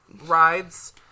rides